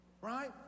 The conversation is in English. right